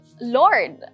Lord